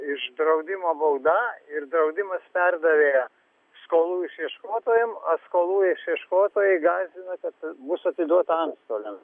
iš draudimo bauda ir draudimas perdavė skolų išieškotojam o skolų išieškotojai gąsdina kad mus atiduos antstoliams